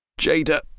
Jada